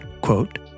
quote